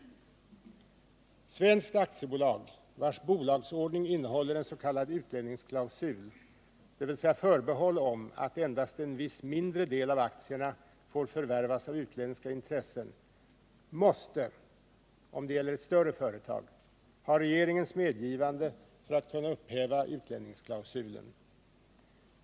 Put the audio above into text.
Svenskt aktiebolag, vars bolagsordning innehåller en s.k. utlänningsklausul, dvs. ett förbehåll om att endast en viss mindre del av aktierna får förvärvas av utländska intressen, måste — om det gäller ett större företag — ha regeringens medgivande för att kunna upphäva utlänningsklausulen.